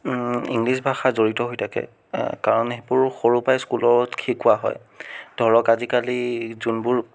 English ভাষা জড়িত হৈ থাকে কাৰণ সেইবোৰ সৰুৰ পৰাই স্কুলত শিকোৱা হয় ধৰক আজিকালি যোনবোৰ